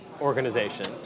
organization